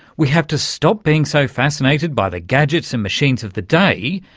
we have to stop being so fascinated by the gadgets and machines of the day,